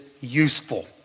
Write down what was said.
useful